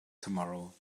tomorrow